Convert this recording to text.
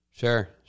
Sure